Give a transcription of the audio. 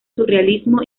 surrealismo